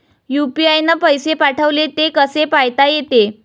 UPI न पैसे पाठवले, ते कसे पायता येते?